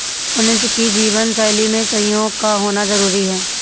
मनुष्य की जीवन शैली में सहयोग का होना जरुरी है